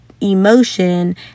emotion